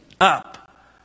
up